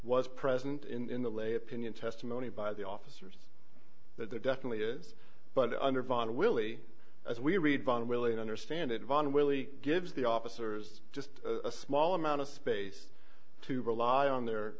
was present in the lay opinion testimony by the officers that there definitely is but under von willey as we read bond really understand it von willey gives the officers just a small amount of space to rely on their